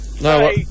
No